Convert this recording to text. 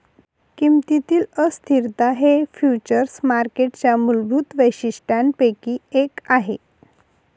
किमतीतील अस्थिरता हे फ्युचर्स मार्केटच्या मूलभूत वैशिष्ट्यांपैकी एक आहे